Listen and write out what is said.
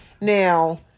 Now